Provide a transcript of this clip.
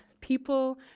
people